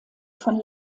von